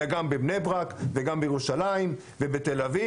אלא גם בבני ברק וגם בירושלים ובתל אביב